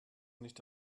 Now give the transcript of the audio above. nicht